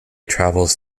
travels